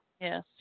Yes